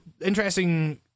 interesting